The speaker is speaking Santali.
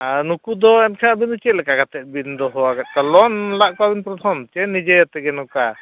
ᱟᱨ ᱱᱩᱠᱩ ᱫᱚ ᱮᱱᱠᱷᱟᱡ ᱟᱹᱵᱤᱱ ᱫᱚ ᱪᱮᱫ ᱞᱮᱠᱟ ᱠᱟᱛᱮᱵᱤᱱ ᱫᱚᱦᱚ ᱟᱠᱟᱫ ᱠᱚᱣᱟ ᱠᱚᱣᱟᱵᱤᱱ ᱯᱨᱚᱛᱷᱚᱢ ᱥᱮ ᱱᱤᱡᱮ ᱛᱮᱜᱮ ᱱᱚᱝᱠᱟ